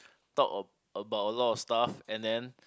talk about a lot of stuff and then